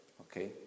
Okay